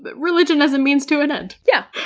but religion as a means to an end. yeah!